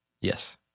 Yes